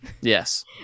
Yes